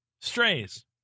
Strays